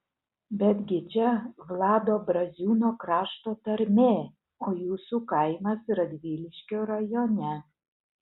betgi čia vlado braziūno krašto tarmė o jūsų kaimas radviliškio rajone